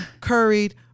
curried